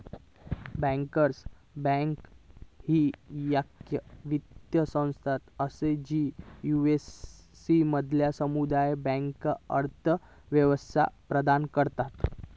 bankers bank ही येक वित्तीय संस्था असा जी यू.एस मधल्या समुदाय बँकांका आर्थिक सेवा प्रदान करता